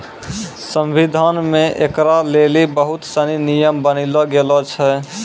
संविधान मे ऐकरा लेली बहुत सनी नियम बनैलो गेलो छै